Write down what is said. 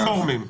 את הרפורמים.